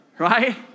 right